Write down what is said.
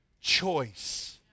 choice